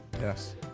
yes